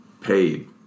paid